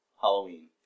Halloween